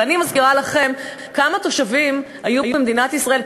אבל אני מזכירה לכם כמה תושבים היו במדינת ישראל,